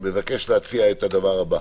מבקש להציע את הדבר הבא: